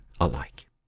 alike